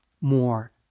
more